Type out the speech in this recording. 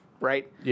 right